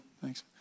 thanks